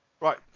Right